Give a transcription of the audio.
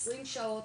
20 שעות,